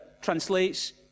translates